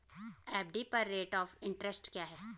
FD पर rate of interest क्या है?